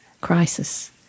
crisis